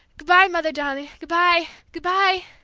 good-bye, mother darling goodbye! good-bye!